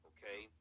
Okay